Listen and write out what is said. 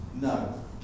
No